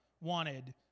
wanted